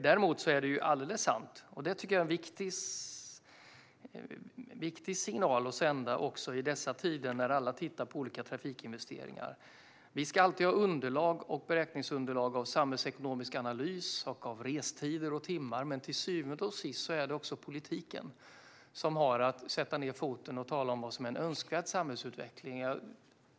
Däremot är det alldeles sant, och det tycker jag är en viktig signal att sända också i dessa tider, när alla tittar på olika trafikinvesteringar, att vi alltid ska ha underlag och beräkningsunderlag av samhällsekonomisk analys, restider och timmar. Till syvende och sist är det dock politiken som har att sätta ned foten och tala om vad som är en önskvärd samhällsutveckling.